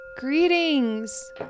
Greetings